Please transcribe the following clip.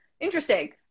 interesting